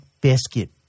biscuit